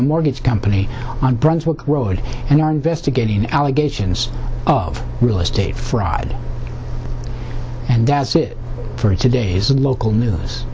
the mortgage company on brunswick road and are investigating allegations of real estate fraud and that's it for today's local news